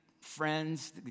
friends